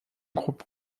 groupe